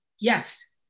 Yes